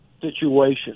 situation